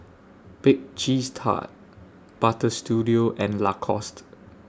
Bake Cheese Tart Butter Studio and Lacoste